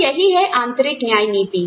तो यही है आंतरिक न्याय नीति